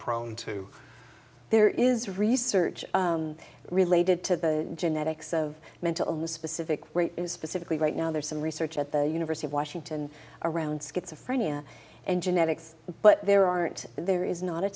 prone to there is research related to the genetics of mental illness specifically specifically right now there's some research at the university of washington around schizophrenia and genetics but there aren't there is not a